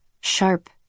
sharp